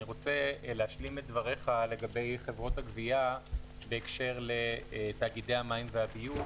אני רוצה להשלים את דבריך לגבי חברות הגבייה של תאגידי המים והביוב,